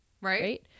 Right